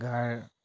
গাৰ